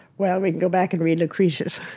well, we can go back and read lucretius